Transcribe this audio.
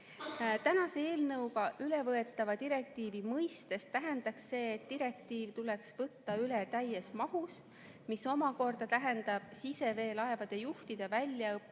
Tänase eelnõuga ülevõetava direktiivi mõistes tähendaks see, et direktiiv tuleks võtta üle täies mahus, mis omakorda tähendab siseveelaevade juhtide väljaõppe